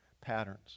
patterns